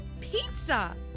pizza